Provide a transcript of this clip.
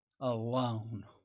Alone